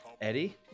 Eddie